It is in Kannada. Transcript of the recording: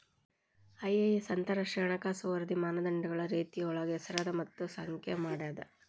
ಐ.ಎ.ಎಸ್ ಅಂತರಾಷ್ಟ್ರೇಯ ಹಣಕಾಸು ವರದಿ ಮಾನದಂಡಗಳ ರೇತಿಯೊಳಗ ಹೆಸರದ ಮತ್ತ ಸಂಖ್ಯೆ ಮಾಡೇದ